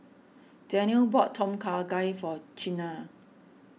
Daniele bought Tom Kha Gai for Chynna